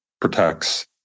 protects